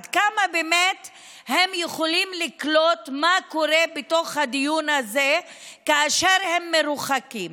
עד כמה הם באמת יכולים לקלוט מה קורה בתוך הדיון הזה כאשר הם מרוחקים?